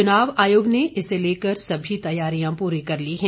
चुनाव आयोग ने इसे लेकर सभी तैयारियां पूरी कर ली हैं